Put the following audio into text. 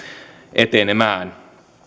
etenemään